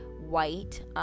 white